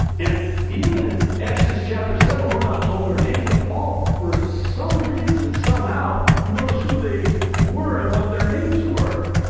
and even in exodus, chapter seven we're not told their names. but paul, for some reason, somehow knows who they were and what their names were.